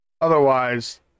otherwise